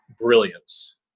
brilliance